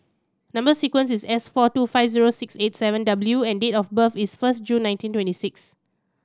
number sequence is S four two five zero six eight seven W and date of birth is first June nineteen twenty six